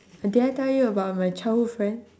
did I tell you about my childhood friend